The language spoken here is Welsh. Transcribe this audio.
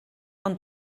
ond